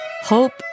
hope